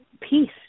peace